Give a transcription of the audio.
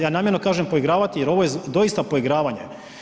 Ja namjerno kažem poigravati jer ovo je doista poigravanje.